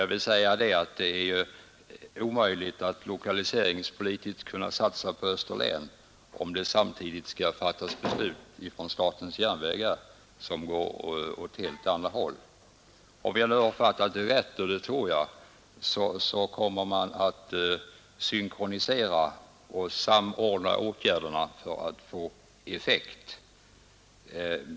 Jag vill säga att det är omöjligt att lokaliseringspolitiskt satsa på Österlen om statens järnvägar samtidigt skall fatta beslut i en helt annan riktning. Om jag uppfattat saken rätt, och det tror jag, kommer man att samordna åtgärderna för att få effekt.